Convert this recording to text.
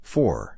Four